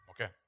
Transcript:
Okay